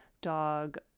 dog